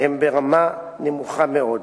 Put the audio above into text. הם ברמה נמוכה מאוד,